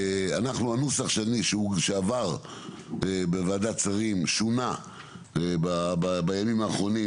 הנוסח שעבר בוועדת השרים שונה בימים האחרונים